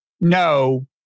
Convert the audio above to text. no